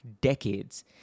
decades